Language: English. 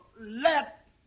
let